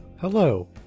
Hello